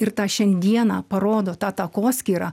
ir tą šiandieną parodo ta takoskyra